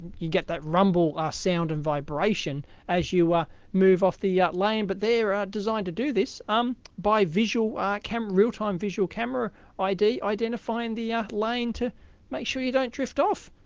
you get that rumble sound and vibration as you ah move off the yeah lane. but they're ah designed to do this um by visual ah cam real-time visual camera id identifying the ah lane to make sure you don't drift off.